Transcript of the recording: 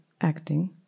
acting